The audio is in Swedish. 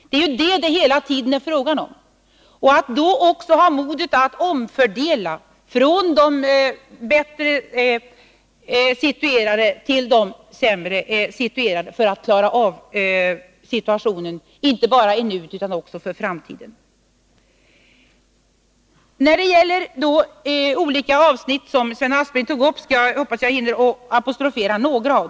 Det är vad det hela tiden är fråga om, liksom att ha mod att omfördela från de bättre situerade till de sämre situerade, för att klara av situationen inte bara i nuet utan också för framtiden. Jag hoppas att jag hinner apostrofera några av de olika avsnitt som Sven Aspling tog upp.